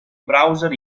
browser